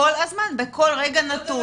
בכל רגע נתון.